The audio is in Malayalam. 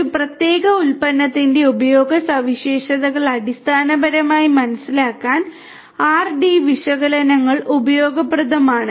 ഒരു പ്രത്യേക ഉൽപ്പന്നത്തിന്റെ ഉപയോഗ സവിശേഷതകൾ അടിസ്ഥാനപരമായി മനസ്സിലാക്കാൻ R D വിശകലനങ്ങൾ ഉപയോഗപ്രദമാണ്